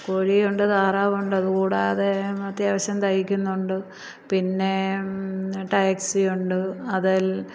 കോഴിയുണ്ട് താറാവുണ്ട് അതുകൂടാതെ അത്യാവശ്യം തൈക്കുന്നുണ്ട് പിന്നെ ടാക്സിയുണ്ട്